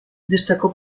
destacó